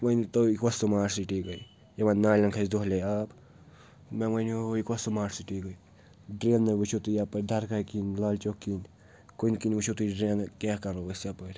وۄنۍ تُہۍ کۄس سٕماٹ سِٹی گٔے یِمَن نالٮ۪ن کھسہِ دۄہلے آب مےٚ ؤنِو یہِ کۄس سٕماٹ سِٹی گٔے ڈرٛینہٕ وٕچھو تُہۍ یَپٲرۍ درگاہ کِنۍ لالچوک کِنۍ کُنہِ کِنۍ وٕچھو تُہۍ ڈرٛینہٕ کیاہ کَرو أسۍ یَپٲرۍ